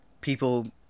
People